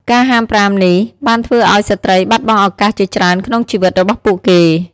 ការហាមប្រាមនេះបានធ្វើឱ្យស្ត្រីបាត់បង់ឱកាសជាច្រើនក្នុងជីវិតរបស់ពួកគេ។